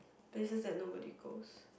there's like nobody goes